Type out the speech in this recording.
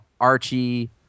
Archie